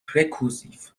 rekursiv